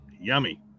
yummy